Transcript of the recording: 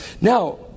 Now